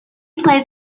plays